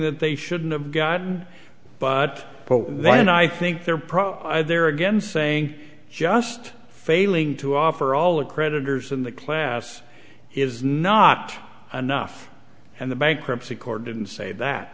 that they shouldn't have gotten but then i think they're probably there again saying just failing to offer all the creditors in the class is not enough and the bankruptcy court didn't say that